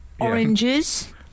Oranges